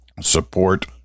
support